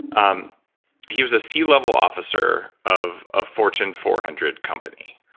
um he was a c-level officer of a fortune four hundred company.